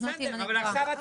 תקנו אותי אם אני טועה.